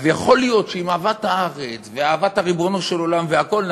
אז יכול להיות שעם אהבת הארץ ואהבת ריבונו של עולם והכול,